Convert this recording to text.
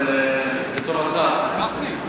לטובתך,